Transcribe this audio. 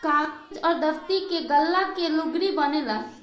कागज अउर दफ़्ती के गाला के लुगरी बनेला